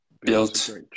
built